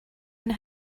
and